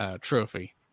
trophy